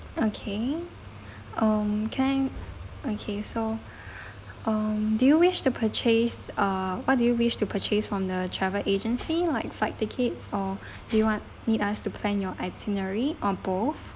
okay um can I okay so um do you wish to purchase uh what do you wish to purchase from the travel agency like flight tickets or do you want need us to plan your itinerary or both